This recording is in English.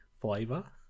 flavor